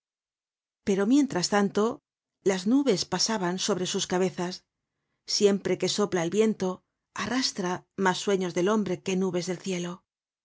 pero mientras tanto las nubes pasaban sobre sus cabezas siempre que sopla el viento arrastra mas sueños del hombre que nubes del cielo